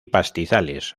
pastizales